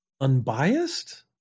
unbiased